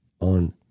on